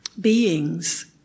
beings